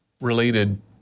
related